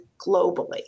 globally